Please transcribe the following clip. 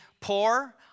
poor